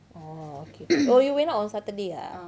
oh okay oh you went out on saturday ya